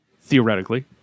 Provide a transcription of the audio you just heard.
Theoretically